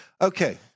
Okay